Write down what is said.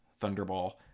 Thunderball